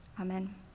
Amen